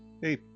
Hey